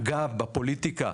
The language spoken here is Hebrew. אגב בפוליטיקה,